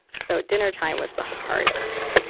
so at dinner time was the hardest